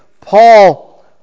Paul